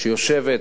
שיושבת